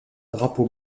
drapeau